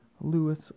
Lewis